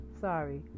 sorry